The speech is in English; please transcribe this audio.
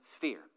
fear